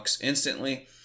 instantly